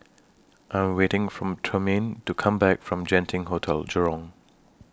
I'm waiting For Trumaine to Come Back from Genting Hotel Jurong